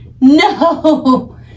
no